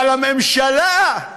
אבל הממשלה,